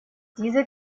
diese